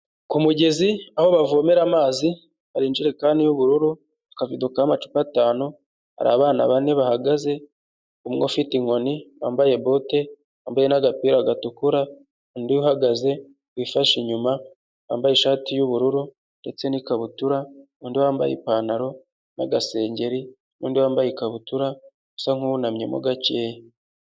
Ku kumugezi aho bavomera amazi hari injerekani y' ubururu n'akavido k'amacupa atanu, hari abana bane bahagaze, umwe ufite inkoni wambaye bote wambaye n'agapira gatukura, undi uhagaze wifashe inyuma wambaye ishati y'ubururu ndetse n'ikabutura, undi wambaye ipantaro n'agasengeri, n'undi wambaye ikabutura usa nk'uwunamyemo gakeya.